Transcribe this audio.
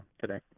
today